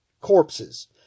corpses